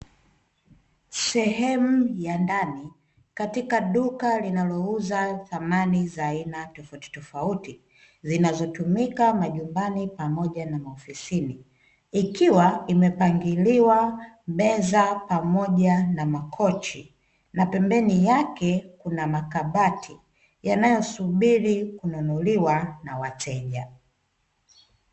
Sehemu ya ndani katika duka linalouza samani za aina tofauti tofauti, zinazotumika majumbani pamoja na maofisini, ikiwa imepangiliwa meza pamoja na makochi, na pembeni yake kuna makabati yanayosubiri kununuliwa na wateja.